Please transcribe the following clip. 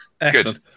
Excellent